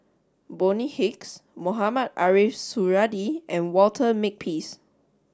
Bonny Hicks Mohamed Ariff Suradi and Walter Makepeace